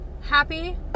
Happy